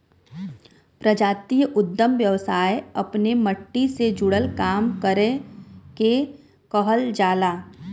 प्रजातीय उद्दम व्यवसाय अपने मट्टी से जुड़ल काम करे के कहल जाला